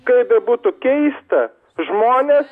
kaip bebūtų keista žmonės